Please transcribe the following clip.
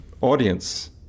audience